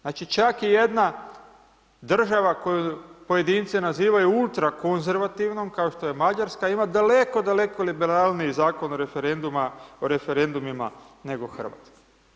Znači, čak i jedna država koju pojedinci nazivaju ultra konzervativnom kao što je Mađarska, ima daleko, daleko liberalniji Zakon o referendumima nego Hrvatska.